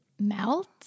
melt